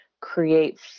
create